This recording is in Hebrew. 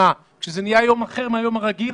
כשזה נהיה יום אחר מן היום הרגיל,